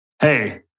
hey